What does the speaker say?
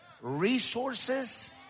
resources